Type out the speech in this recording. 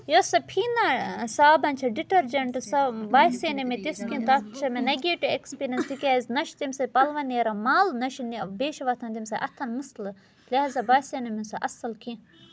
یۄس سۄ فیٖنا صابن چھِ ڈِٹٔرجَنٛٹ سۄ باسے نہٕ مےٚ تِژھ کینٛہہ تَتھ چھِ مےٚ نَگیٹِو ایٚکٕسپیٖریَنٕس تِکیٛازِ نہ چھِ تمہِ سۭتۍ پَلوَن نیران مَل نہ چھِ بیٚیہِ چھُ ۄتھان تمہِ سۭتۍ اَتھَن مسلہٕ لِہاظا باسے نہٕ مےٚ سُہ اَصٕل کینٛہہ